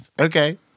Okay